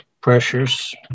pressures